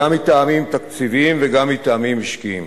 גם מטעמים תקציביים וגם מטעמים משקיים.